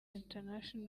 international